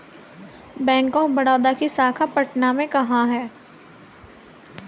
Bank of Baroda की शाखा पटना में कहाँ है?